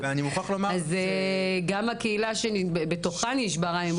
גם הקהילה שבתוכה נשבר האמון,